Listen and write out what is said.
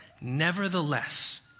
Nevertheless